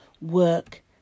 work